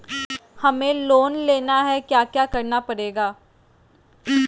हमें लोन लेना है क्या क्या करना पड़ेगा?